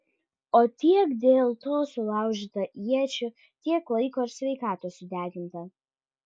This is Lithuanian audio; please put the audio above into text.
o tiek dėl to sulaužyta iečių tiek laiko ir sveikatos sudeginta